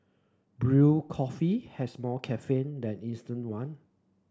brewed coffee has more caffeine than instant one